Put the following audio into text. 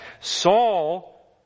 saul